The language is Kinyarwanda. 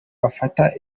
bafata